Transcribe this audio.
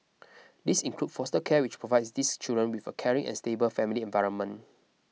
this includes foster care which provides these children with a caring and stable family environment